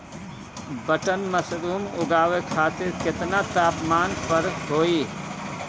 Button mushroom उगावे खातिर केतना तापमान पर होई?